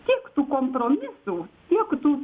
tiek tų kompromisų tiek tų